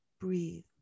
breathe